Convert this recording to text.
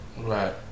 Right